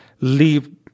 leave